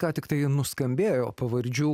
ką tiktai nuskambėjo pavardžių